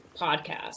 podcast